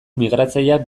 migratzaileak